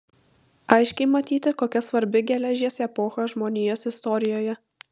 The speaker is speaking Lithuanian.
aiškiai matyti kokia svarbi geležies epocha žmonijos istorijoje